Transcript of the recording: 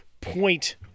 point